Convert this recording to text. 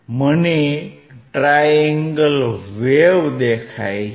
મને triangle wave દેખાય છે